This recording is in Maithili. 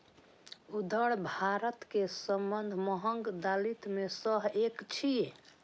उड़द भारत के सबसं महग दालि मे सं एक छियै